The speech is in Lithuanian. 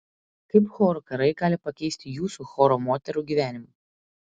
kaip chorų karai gali pakeisti jūsų choro moterų gyvenimą